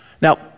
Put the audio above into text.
Now